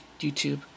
YouTube